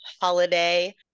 holiday